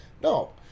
No